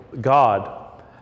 God